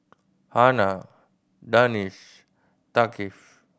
Hana Danish Thaqif